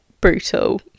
brutal